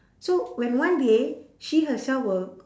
so when one day she herself will